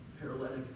paralytic